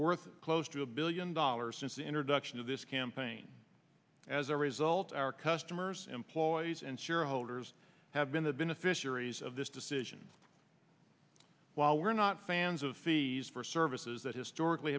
worth close to a billion dollars since the introduction of this campaign as a result our customers employees and shareholders have been the beneficiaries of this decision while we're not fans of fees for services that historically